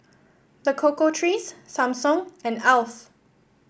The Cocoa Trees Samsung and Alf